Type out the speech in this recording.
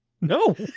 No